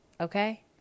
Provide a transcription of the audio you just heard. Okay